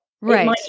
Right